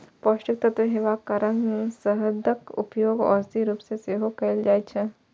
पौष्टिक तत्व हेबाक कारण शहदक उपयोग औषधिक रूप मे सेहो कैल जाइ छै